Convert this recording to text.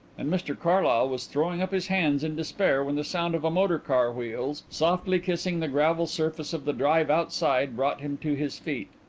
and mr carlyle was throwing up his hands in despair when the sound of a motor car wheels softly kissing the gravel surface of the drive outside brought him to his feet.